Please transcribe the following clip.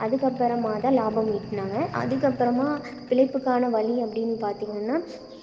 அதுக்கப்பறமாக தான் லாபம் ஈட்டினாங்க அதுக்கப்புறமா பிழைப்புக்கான வழி அப்படினு பார்த்திங்கனா